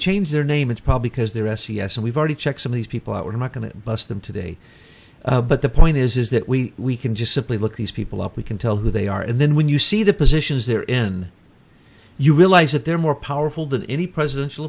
change their name it's probably because they're s e s and we've already checked some these people out we're not going to bust them today but the point is is that we we can just simply look these people up we can tell who they are and then when you see the positions they're in you realize that they're more powerful than any presidential